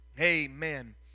Amen